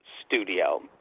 studio